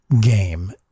game